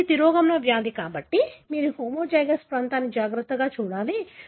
ఇది తిరోగమన వ్యాధి కాబట్టి మీరు హోమోజైగస్ ప్రాంతాన్ని జాగ్రత్తగా చూడాలి